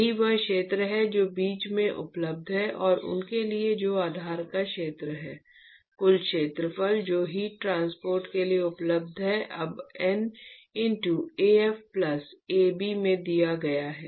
यही वह क्षेत्र है जो बीच में उपलब्ध है और उनके लिए जो आधार का क्षेत्र है कुल क्षेत्रफल जो हीट ट्रांसपोर्ट के लिए उपलब्ध है अब N into Af plus Ab में दिया गया है